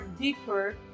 deeper